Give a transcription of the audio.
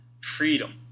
freedom